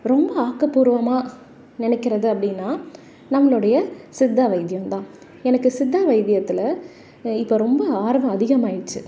ரொம்ப ஆக்கப்பூர்வமாக நினைக்கிறது அப்படின்னா நம்மளுடைய சித்தா வைத்தியம் தான் எனக்கு சித்தா வைத்தியத்தில் இப்போ ரொம்ப ஆர்வம் அதிகமாகிடுச்சி